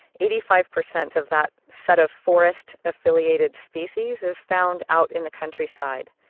eighty five percent of that set of forest affiliated species is found out in the countryside.